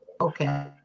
Okay